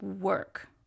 work